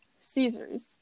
Caesar's